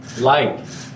light